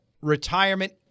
retirement